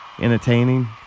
entertaining